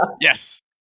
Yes